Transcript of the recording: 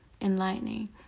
enlightening